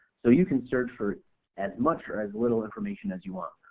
so you can search for as much or as little information as you want.